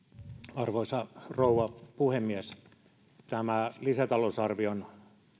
arvoisa rouva puhemies tämä lisätalousarvion